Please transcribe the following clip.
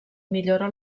millora